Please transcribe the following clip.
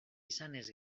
izanez